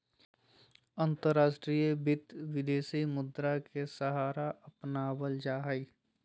अंतर्राष्ट्रीय वित्त, विदेशी मुद्रा के सहारा अपनावल जा हई